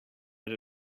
that